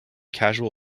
casual